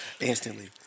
instantly